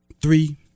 Three